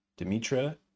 Dimitra